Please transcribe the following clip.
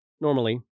Normally